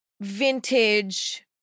vintage